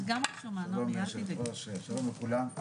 שלום לכולם.